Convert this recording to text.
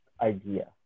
idea